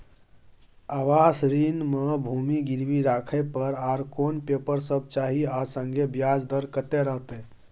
आवास ऋण म भूमि गिरवी राखै पर आर कोन पेपर सब चाही आ संगे ब्याज दर कत्ते रहते?